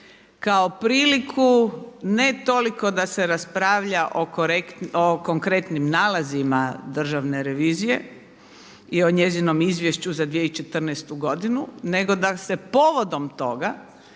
kako priliku ne toliko da se raspravlja o konkretnim nalazima Državne revizije i o njezinom izvješću za 2014. godinu, nego da se povodom toga